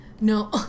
No